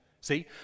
See